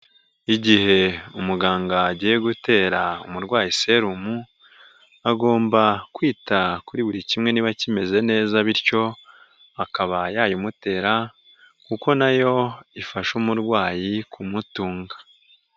Igihe umuganga agiye gutera umurwayi serumu, agomba kwita kuri buri kimwe niba kimeze neza bityo akaba yayimutera kuko nayo ifasha umurwayi kumutunga.